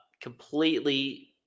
completely